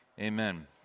Amen